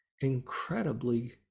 incredibly